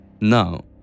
Now